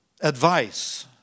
advice